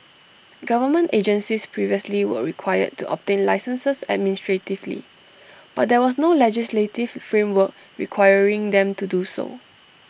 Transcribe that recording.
government agencies previously were required to obtain licences administratively but there was no legislative framework requiring them to do so